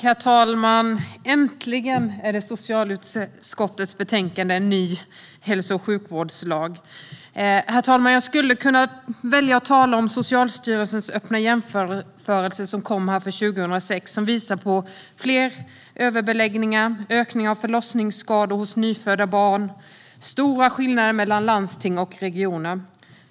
Herr talman! Äntligen har vi fått socialutskottets betänkande En ny hälso och sjukvårdslag . Herr talman! Jag skulle kunna välja att tala om Socialstyrelsens öppna jämförelse för 2016 som visar på fler överbeläggningar, ökning av förlossningsskador hos nyfödda barn och på stora skillnader mellan landsting och regioner.